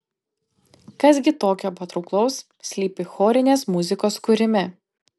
kas gi tokio patrauklaus slypi chorinės muzikos kūrime